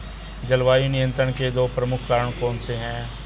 जलवायु नियंत्रण के दो प्रमुख कारक कौन से हैं?